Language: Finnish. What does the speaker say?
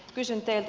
kysyn teiltä